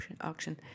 auction